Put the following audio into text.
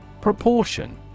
PROPORTION